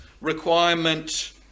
requirement